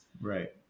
Right